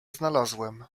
znalazłem